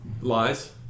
lies